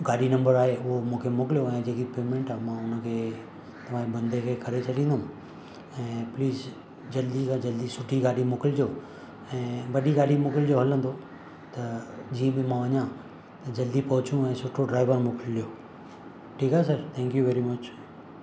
गाॾी नंबर आहे उहो मूंखे मोकिलियो ऐं जेकी पेमेंट आहे मां हुनखे तव्हांजे बंदे खे करे छॾिंदुमि ऐं प्लीज़ जल्दी खां जल्दी सुठी गाॾी मोकिलिजो ऐं वॾी गाॾी मोकिलिजो हलंदो त जीअं बि मां वञा त जल्दी पहुचणो ऐं सुठो ड्राइवर मोकिलिजो ठीकु आहे सर थैंक्यू वेरी मच